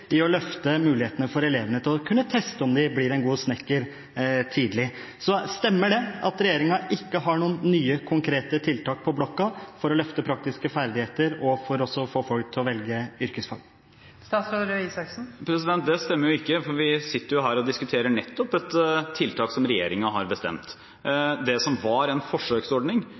å løfte mulighetene for elevene til tidlig å kunne teste om de blir en god snekker. Stemmer det at regjeringen ikke har noen nye, konkrete tiltak på blokka for å løfte praktiske ferdigheter og for å få folk til å velge yrkesfag? Det stemmer ikke. Vi er jo her og diskuterer nettopp et tiltak som regjeringen har bestemt.